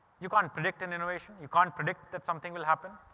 you can't predict an innovation, you can't predict that something will happen.